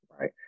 Right